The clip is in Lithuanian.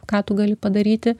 ką tu gali padaryti